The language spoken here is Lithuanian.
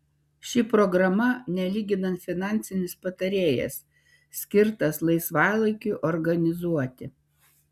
ši programa nelyginant finansinis patarėjas skirtas laisvalaikiui organizuoti